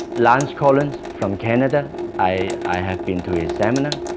lance collins from canada i i have been to his seminar,